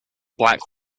black